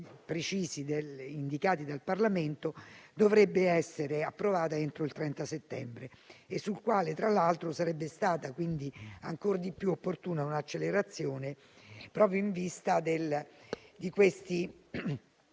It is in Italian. precisi indicati dal Parlamento, dovrebbe essere approvato entro il 30 settembre 2021 e sul quale, tra l'altro, sarebbe stata ancor di più opportuna un'accelerazione, proprio in vista di questi